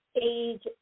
age